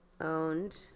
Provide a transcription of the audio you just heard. Owned